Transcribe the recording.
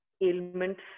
ailments